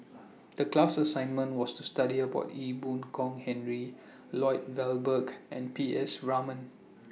The class assignment was to study about Ee Boon Kong Henry Lloyd Valberg and P S Raman